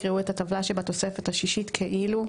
יקראו את הטבלה שבתוספת השישית כאילו,